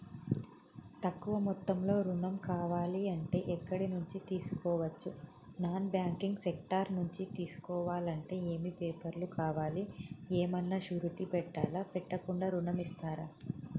తక్కువ మొత్తంలో ఋణం కావాలి అంటే ఎక్కడి నుంచి తీసుకోవచ్చు? నాన్ బ్యాంకింగ్ సెక్టార్ నుంచి తీసుకోవాలంటే ఏమి పేపర్ లు కావాలి? ఏమన్నా షూరిటీ పెట్టాలా? పెట్టకుండా ఋణం ఇస్తరా?